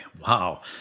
wow